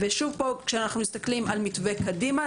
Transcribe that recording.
כשאנחנו מסתכלים על המתווה קדימה,